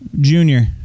Junior